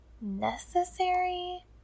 Necessary